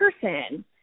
person